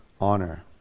honor